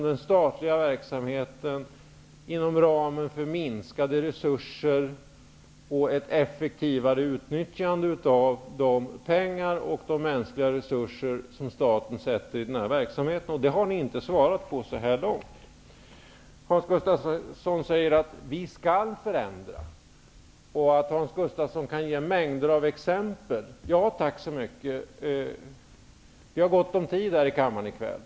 Det måste ske inom ramen för minskade resurser och ett effektivare utnyttjande av de pengar och de mänskliga resurser som staten har i denna verksamhet. Så här långt har ni inte svarat på detta. Hans Gustafsson säger: Vi skall förändra. Han säger sig också kunna ge en mängd exempel. Ja, tack! Vi har gott om tid här i kammaren i kväll.